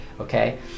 Okay